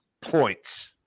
points